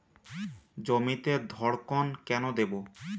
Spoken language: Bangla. জমিতে ধড়কন কেন দেবো?